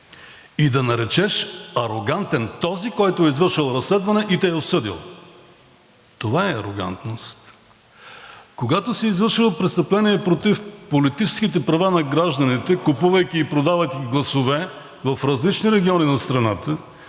и да наречеш арогантен този, който е извършил разследване и те е осъдил. Това е арогантност! Когато си извършил престъпление против политическите права на гражданите, купувайки и продавайки гласове в различни региони на страната